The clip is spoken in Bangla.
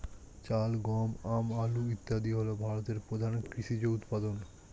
চাল, গম, আম, আলু ইত্যাদি হল ভারতের প্রধান কৃষিজ উপাদান